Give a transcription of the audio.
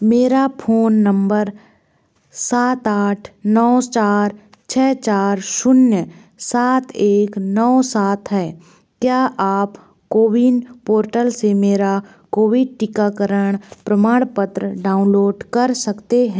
मेरा phone number सात आठ नौ चार छ चार शून्य सात एक नौ सात है क्या आप कोविन पोर्टल से मेरा कोविड टीकाकरण प्रमाणपत्र डाउनलोड कर सकते हैं